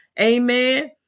amen